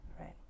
right